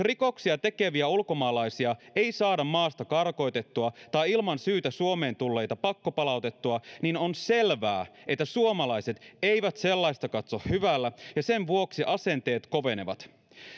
rikoksia tekeviä ulkomaalaisia ei saada maasta karkotettua tai ilman syytä suomeen tulleita pakkopalautettua niin on selvää että suomalaiset eivät sellaista katso hyvällä ja sen vuoksi asenteet kovenevat